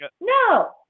No